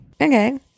okay